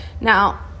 Now